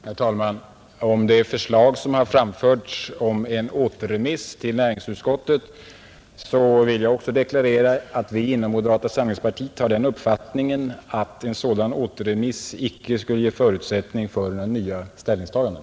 Herr talman! Beträffande det förslag som har framförts om en återremiss till näringsutskottet vill jag deklarera att vi inom moderata samlingspartiet har den uppfattningen att en sådan icke skulle ge förutsättning för några nya ställningstaganden.